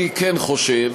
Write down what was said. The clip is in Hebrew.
אני כן חושב